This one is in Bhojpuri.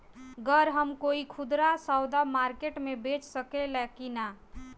गर हम कोई खुदरा सवदा मारकेट मे बेच सखेला कि न?